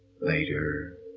later